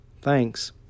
Thanks